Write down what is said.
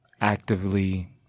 actively